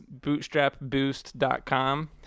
bootstrapboost.com